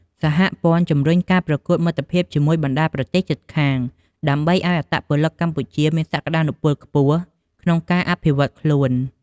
សហព័ន្ធជំរុញការប្រកួតមិត្តភាពជាមួយបណ្ដាប្រទេសជិតខាង ដើម្បីឲ្យអត្តពលិកកម្ពុជាមានសក្ដានុពលខ្ពស់ក្នុងការអភិវឌ្ឍន៍ខ្លួន។